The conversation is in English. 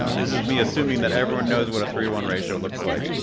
um this is me assuming that everyone knows what a three to one ratio looks like.